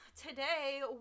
Today